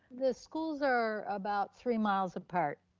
the schools are about three miles apart.